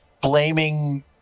blaming